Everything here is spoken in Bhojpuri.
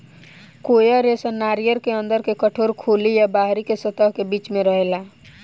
कॉयर रेशा नारियर के अंदर के कठोर खोली आ बाहरी के सतह के बीच में रहेला